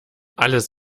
alles